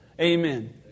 Amen